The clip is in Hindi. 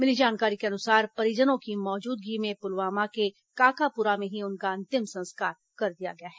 मिली जानकारी के अनुसार परिजनों की मौजूदगी में पुलवामा के काकापूरा में ही उनका अंतिम संस्कार कर दिया गया है